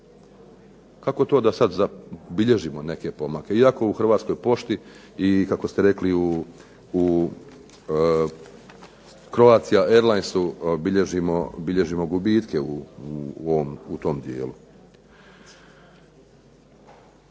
Kako to da sada zabilježimo neke pomake, iako u Hrvatskoj pošti i kako ste rekli u Croatia airlinesu bilježimo gubitke u tom dijelu.